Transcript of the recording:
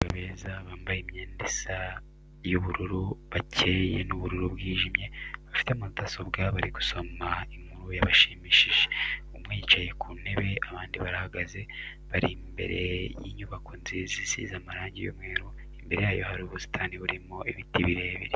Abakobwa beza bamabye imyenda isa y'ubururu bucyeye n'ubururu bwijimye, bafite mudasobwa bari gusoma inkuru yabashimishije, umwe yicaye mu ntebe abandi barahagaze, bari imbere y'inyubako nziza isize amarangi y'umweru, imbere yayo hari ubusitani burimo ibiti birebire.